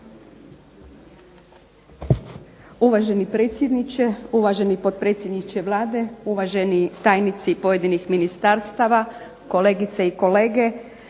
Uvaženi predsjedniče, uvaženi potpredsjedniče Vlade, uvaženi tajnici pojedinih ministarstava, kolegice i kolege.